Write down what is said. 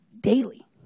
daily